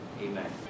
Amen